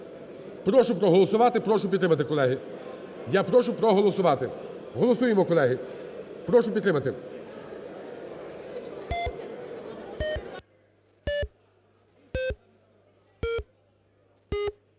Прошу проголосувати, прошу підтримати, колеги.